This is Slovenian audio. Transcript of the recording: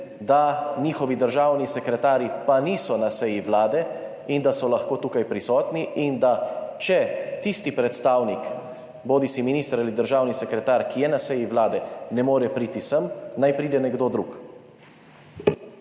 da njihovi državni sekretarji pa niso na seji Vlade in da so lahko tukaj prisotni, in da če tisti predstavnik, bodisi minister bodisi državni sekretar, ki je na seji Vlade, ne more priti sem, naj pride nekdo drug.